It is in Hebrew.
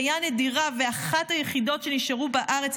חיה נדירה ואחת היחידות שנשארו בארץ,